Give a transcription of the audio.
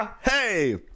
Hey